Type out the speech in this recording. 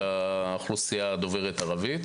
אלא בעיקר לאוכלוסייה דוברת ערבית.